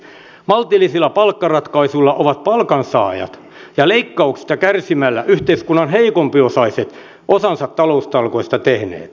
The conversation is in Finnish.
maltillisilla palkkaratkaisuilla ovat palkansaajat ja leikkauksista kärsimällä yhteiskunnan heikompiosaiset osansa taloustalkoista tehneet